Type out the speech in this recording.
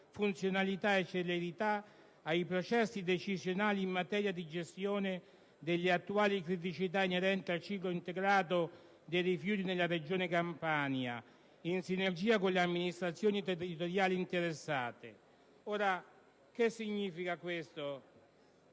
funzionalità e celerità ai processi decisionali in materia di gestione delle attuali criticità inerenti al ciclo integrato dei rifiuti nella Regione Campania, in sinergia con le amministrazioni territoriali interessate. Cosa significa questo?